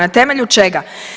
Na temelju čega?